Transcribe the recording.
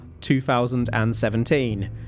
2017